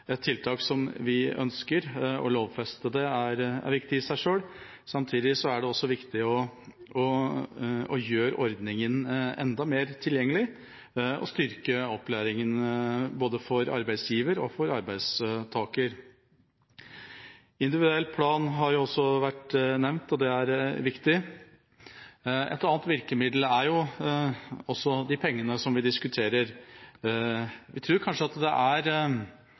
et tiltak vi ønsker. Å lovfeste det er viktig i seg selv. Samtidig er det også viktig å gjøre ordningen enda mer tilgjengelig og styrke opplæringen både for arbeidsgiver og for arbeidstaker. Individuell plan har også vært nevnt, og det er viktig. Et annet virkemiddel er de pengene vi diskuterer. Vi tror kanskje det er